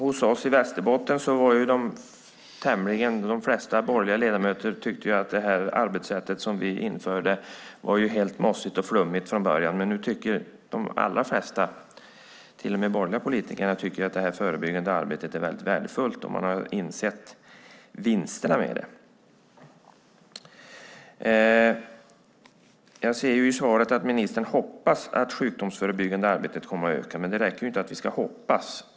I Västerbotten tyckte de flesta borgerliga ledamöter i början att det arbetssätt som vi införde var både mossigt och flummigt, men nu tycker till och med borgerliga politiker att det förebyggande arbetet är värdefullt och har insett vinsterna med det. I sitt svar säger ministern att han hoppas att det sjukdomsförebyggande arbetet kommer att öka, men det räcker inte att hoppas.